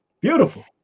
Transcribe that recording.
Beautiful